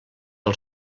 del